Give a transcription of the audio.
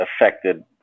affected